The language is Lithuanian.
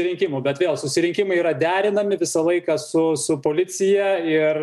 rinkimų bet vėl susirinkimai yra derinami visą laiką su policija ir